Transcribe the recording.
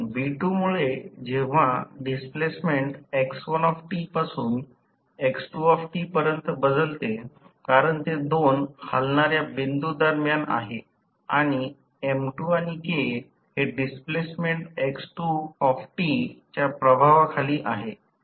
मुळे जेव्हा डिस्प्लेसमेंट पासून पर्यन्त बदलते कारण ते दोन हलणाऱ्या बिंदू दरम्यान आहे आणि M2 आणि K हे डिस्प्लेसमेंट च्या प्रभावाखाली आहे